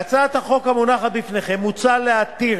בהצעת החוק המונחת בפניכם מוצע להתיר